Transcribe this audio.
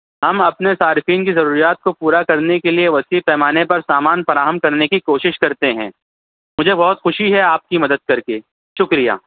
ہم اپنے صارفین کی ضروریات کو پورا کرنے کے لئے وسیع پیمانے پر سامان فراہم کرنے کی کوشش کرتے ہیں مجھے بہت خوشی ہے آپ کی مدد کر کے شکریہ